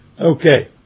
Okay